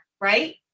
right